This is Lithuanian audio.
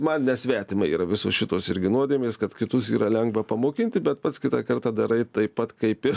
man nesvetima yra visos šitos irgi nuodėmės kad kitus yra lengva pamokinti bet pats kitą kartą darai taip pat kaip ir